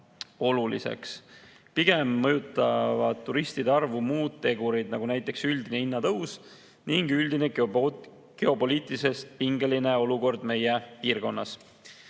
oluliseks. Pigem mõjutavad turistide arvu muud tegurid, näiteks üldine hinnatõus ning geopoliitiliselt pingeline olukord meie piirkonnas.